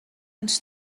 ens